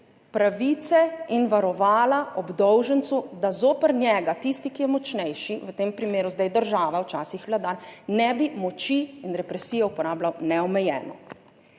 pravice in varovala obdolžencu, da zoper njega tisti, ki je močnejši, v tem primeru zdaj država, včasih vladar, ne bi moči in represije uporabljal neomejeno.